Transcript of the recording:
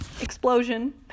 explosion